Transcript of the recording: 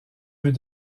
veut